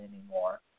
anymore